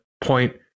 point